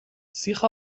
سیخ